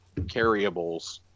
carryables